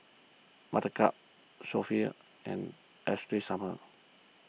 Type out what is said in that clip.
Buttercup Sofia and Ashley Summers